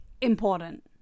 Important